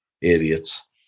idiots